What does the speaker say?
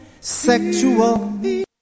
sexual